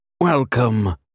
Welcome